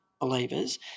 believers